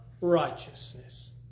righteousness